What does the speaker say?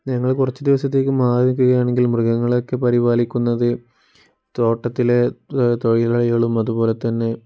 ഞങ്ങൾ കുറച്ച് ദിവസത്തേക്ക് മാറി നിൽക്കുകയാണെങ്കിൽ മൃഗങ്ങളെയൊക്കെ പരിപാലിക്കുന്നത് തോട്ടത്തിലെ തൊഴിലാളികളും അതുപോലെതന്നെ